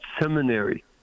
seminary